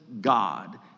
God